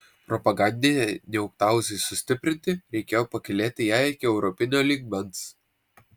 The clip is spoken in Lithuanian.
propagandinei niektauzai sustiprinti reikėjo pakylėti ją iki europinio lygmens